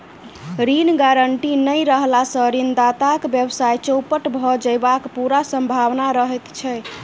ऋण गारंटी नै रहला सॅ ऋणदाताक व्यवसाय चौपट भ जयबाक पूरा सम्भावना रहैत छै